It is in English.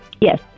Yes